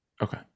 Okay